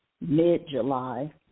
mid-July